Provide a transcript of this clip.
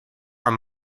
are